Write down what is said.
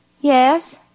Yes